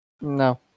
No